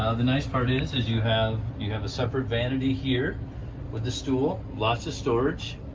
ah the nice part is is you have you have a separate vanity here with the stool, lots of storage.